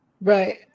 Right